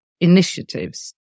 initiatives